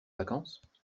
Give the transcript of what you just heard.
vacances